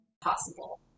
possible